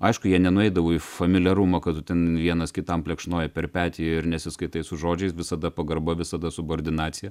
aišku jie nenueidavo į familiarumą kad ten vienas kitam plekšnoji per petį ir nesiskaitai su žodžiais visada pagarba visada subordinacija